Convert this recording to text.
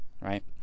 right